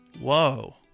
Whoa